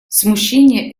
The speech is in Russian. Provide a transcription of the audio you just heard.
смущение